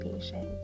patient